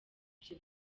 ibyo